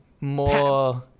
more